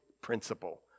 principle